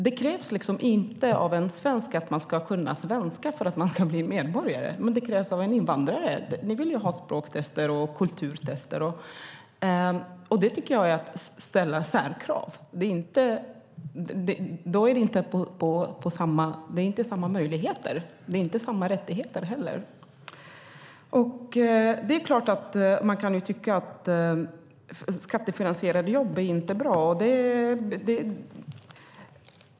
Det krävs inte av en svensk att han ska kunna svenska för att bli medborgare, men det krävs av en invandrare. Ni vill ha både språktester och kulturtester. Det tycker jag är att ställa särkrav. Då har man inte samma möjligheter och heller inte samma rättigheter. Man kan tycka att det inte är bra med skattefinansierade jobb.